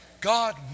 God